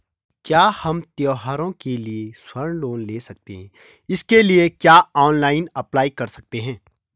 क्या हम त्यौहारों के लिए स्वर्ण लोन ले सकते हैं इसके लिए क्या ऑनलाइन अप्लाई कर सकते हैं?